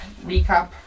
recap